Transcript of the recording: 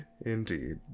Indeed